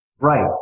Right